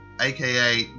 aka